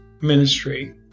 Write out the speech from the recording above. ministry